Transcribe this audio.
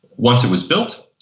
once it was built,